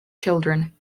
children